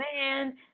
man